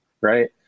right